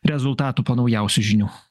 rezultatų po naujausių žinių